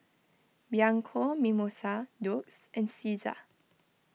Bianco Mimosa Doux and Cesar